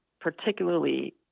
particularly